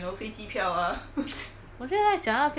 我现在想那飞机票 what should I do with it lor